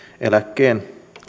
eläkkeen